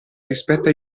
rispetto